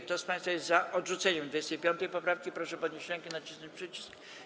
Kto z państwa jest za odrzuceniem 25. poprawki, proszę podnieść rękę i nacisnąć przycisk.